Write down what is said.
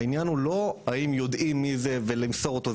העניין הוא לא האם יודעים מי זה ולמסור אותו,